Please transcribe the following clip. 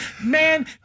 Man